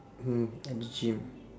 mm at the gym